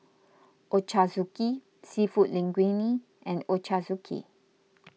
Ochazuke Seafood Linguine and Ochazuke